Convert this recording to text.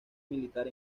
militar